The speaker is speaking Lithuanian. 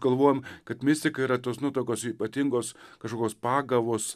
galvojam kad mistikai yra tos nu tokios ypatingos kažkokios pagavos